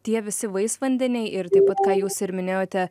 tie visi vaisvandeniai ir taip pat ką jūs ir minėjote